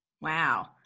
Wow